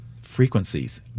frequencies